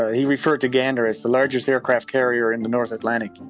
and he referred to gander as the largest aircraft carrier in the north atlantic.